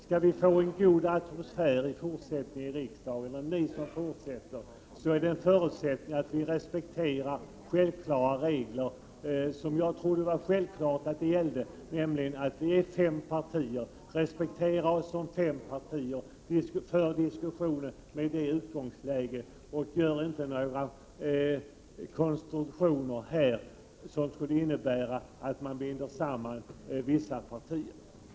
Om ni, som fortsätter arbetet här, skall få en god atmosfär i riksdagen, är en förutsättning härför att ni respekterar vad jag trodde var självklara regler. Vi är fem partier. Respektera oss som fem partier! För diskussionen med det utgångsläget och gör inte några konstruktioner som innebär att man binder samman vissa partier!